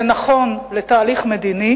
זה נכון לתהליך מדיני